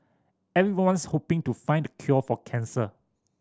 everyone's hoping to find the cure for cancer